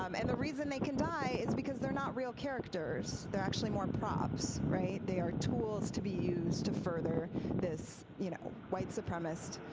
um and the reason they can die is because they're not real characters, they're actually more props. they are tools to be used to further this you know white supremacist,